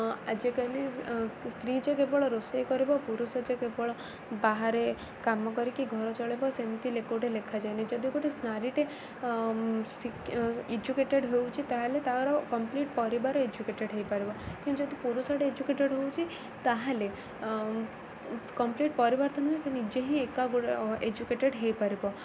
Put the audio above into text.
ଆଜିକାଲି ସ୍ତ୍ରୀ ଯେ କେବଳ ରୋଷେଇ କରିବ ପୁରୁଷ ଯେ କେବଳ ବାହାରେ କାମ କରିକି ଘର ଚଳେଇବ ସେମିତି କେଉଁଟେ ଲେଖାଯାଏନି ଯଦି ଗୋଟେ ନାରୀଟେ ଏଜୁକେଟେଡ଼୍ ହେଉଛି ତା'ହେଲେ ତାର କମ୍ପ୍ଲିଟ୍ ପରିବାର ଏଜୁକେଟେଡ଼୍ ହେଇପାରିବ କିନ୍ତୁ ଯଦି ପୁରୁଷଟେ ଏଜୁକେଟେଡ଼୍ ହେଉଛି ତା'ହେଲେ କମ୍ପ୍ଲିଟ୍ ପରିବର୍ତ୍ତନ ହୁଏ ସେ ନିଜେ ହିଁ ଏକା ଏଜୁକେଟେଡ଼୍ ହେଇପାରିବ